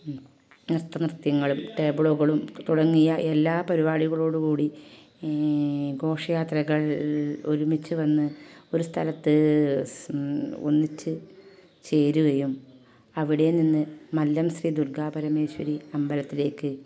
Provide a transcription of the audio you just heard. നൃത്ത നൃത്യങ്ങളും ടേബിളോകളും തുടങ്ങിയ എല്ലാ പരിപാടികളോടു കൂടി ഘോഷയാത്രകൾ ഒരുമിച്ച് വന്ന് ഒരു സ്ഥലത്ത് സ് ഒന്നിച്ച് ചേരുകയും അവിടെ നിന്ന് മല്ലം ശ്രീ ദുർഗ്ഗാ പരമേശ്വരി അമ്പലത്തിലേക്ക്